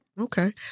Okay